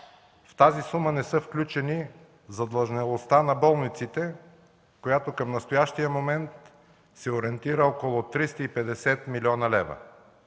В тази сума не са включени задлъжнялостта на болниците, която към настоящия момент се ориентира около 350 млн. лв.